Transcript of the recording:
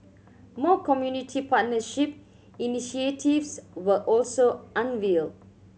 more community partnership initiatives were also unveiled